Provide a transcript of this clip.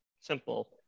Simple